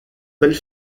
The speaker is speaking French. belle